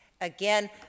Again